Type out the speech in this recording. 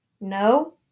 No